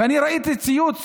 ואני ראיתי ציוץ